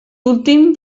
últim